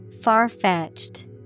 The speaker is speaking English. Far-fetched